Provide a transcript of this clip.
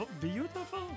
beautiful